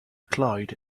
cloud